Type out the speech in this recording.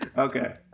Okay